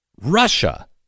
Russia